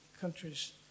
countries